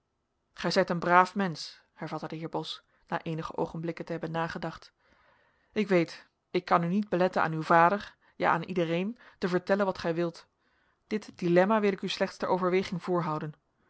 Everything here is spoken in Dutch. gij zijt een braaf mensch hervatte de heer bos na eenige oogenblikken te hebben nagedacht ik weet ik kan u niet beletten aan uw vader ja aan iedereen te vertellen wat gij wilt dit dilemma wil ik u slechts ter overweging voorhouden